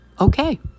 okay